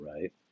right